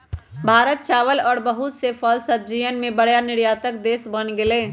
भारत चावल और बहुत से फल सब्जियन के बड़ा निर्यातक देश बन गेलय